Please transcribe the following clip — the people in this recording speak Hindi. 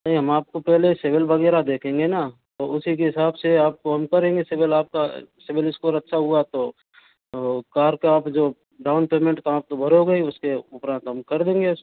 नहीं हम आपको पहले सिविल वगैरह देखेंगे ना तो उसी के हिसाब से आपको हम करेंगे सिविल आपका सिविल स्कोर अच्छा हुआ तो कार का आप जो डाउन पेमेंट तो आप तो भरोगे ही उसके उपरांत हम कर देंगे